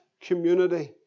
community